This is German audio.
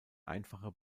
einfache